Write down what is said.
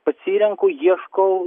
pasirenku ieškau